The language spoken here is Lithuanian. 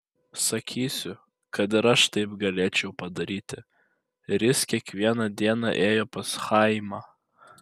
sakysiu kad ir aš taip galėčiau padaryti ris kiekvieną dieną ėjo pas chaimą